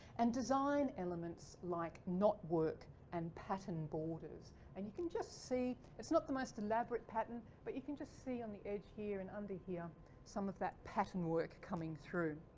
and design elements like knot work and pattern borders. and you can just see it's not the most elaborate pattern but you can just see on the edge here and under here some of that pattern work coming through.